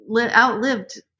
outlived